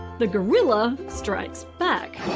the gorilla strikes back.